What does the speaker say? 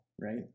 Right